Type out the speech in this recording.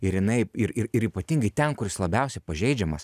ir jinai ir ir ir ypatingai ten kur jis labiausiai pažeidžiamas